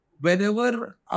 whenever